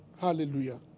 Hallelujah